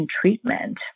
treatment